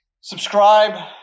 subscribe